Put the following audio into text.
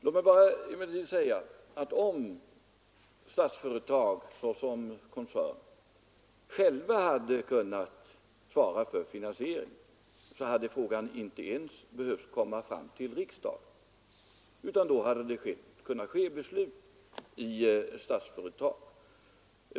Låt mig emellertid bara säga att om Statsföretag såsom koncern självt hade kunnat svara för finansieringen, så hade frågan inte ens behövt komma fram till riksdagen, utan då hade det kunnat fattas beslut inom Statsföretag.